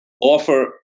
offer